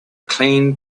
clean